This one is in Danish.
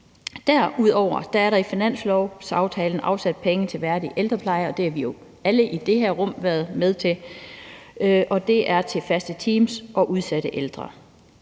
Derudover er der i finanslovsaftalen afsat penge til værdig ældrepleje, og det har vi jo alle i det her rum været med til, og det er til faste teams og udsatte ældre.